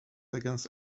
against